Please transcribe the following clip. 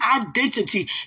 identity